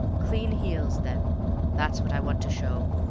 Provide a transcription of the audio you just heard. clean heels, then that's what i want to show,